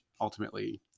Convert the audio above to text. ultimately